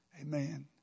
Amen